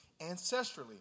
ancestrally